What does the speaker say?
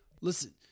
Listen